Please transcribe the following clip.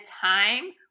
time